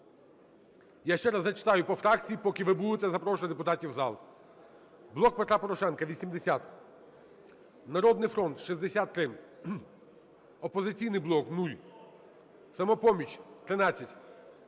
Я ще раз зачитаю по фракціям поки ви будете запрошувати депутатів в зал. "Блок Петра Порошенка" – 80, "Народний фронт" – 63, "Опозиційний блок" – 0, "Самопоміч" –